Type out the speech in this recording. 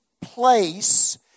place